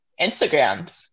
Instagrams